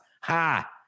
ha